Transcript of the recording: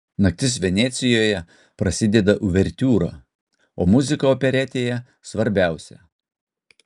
naktis venecijoje prasideda uvertiūra o muzika operetėje svarbiausia